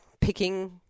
picking